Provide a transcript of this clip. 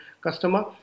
customer